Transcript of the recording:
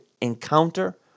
encounter